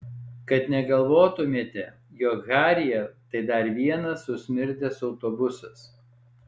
kad negalvotumėte jog harrier tai dar vienas susmirdęs autobusas